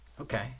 Okay